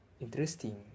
Interesting